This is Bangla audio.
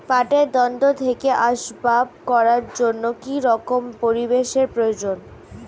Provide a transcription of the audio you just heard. পাটের দণ্ড থেকে আসবাব করার জন্য কি রকম পরিবেশ এর প্রয়োজন?